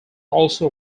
also